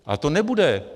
A to nebude.